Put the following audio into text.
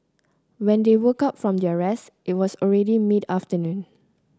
when they woke up from their rest it was already mid afternoon